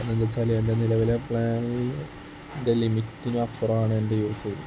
എന്താന്ന് വെച്ചാൽ എൻ്റെ നിലവിലെ പ്ലാനിൻ്റെ ലിമിറ്റിന് അപ്പുറമാണ് എൻ്റെ യൂസേജ്